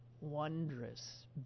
wondrous